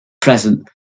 present